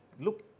Look